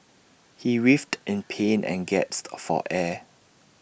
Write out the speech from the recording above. he writhed in pain and gasped for air